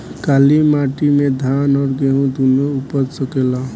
काली माटी मे धान और गेंहू दुनो उपज सकेला?